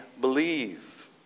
believe